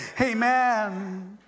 Amen